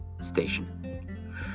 station